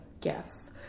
gifts